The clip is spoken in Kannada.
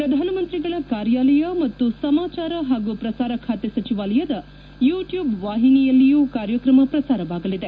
ಪ್ರಧಾನಮಂತ್ರಿಗಳ ಕಾರ್ಯಾಲಯ ಮತ್ತು ಸಮಾಚಾರ ಹಾಗೂ ಪ್ರಸಾರ ಖಾತೆ ಸಚಿವಾಲಯದ ಯೂಟ್ಟೂಬ್ ವಾಹಿನಿಯಲ್ಲೂ ಕಾರ್ಯಕ್ರಮ ಪ್ರಸಾರವಾಗಲಿದೆ